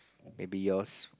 maybe yours